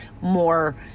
more